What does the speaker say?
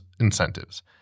incentives